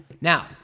Now